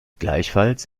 gleichfalls